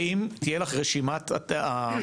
ואם תהיה לך רשימת מוסדות?